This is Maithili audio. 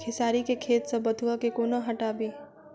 खेसारी केँ खेत सऽ बथुआ केँ कोना हटाबी